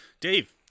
Dave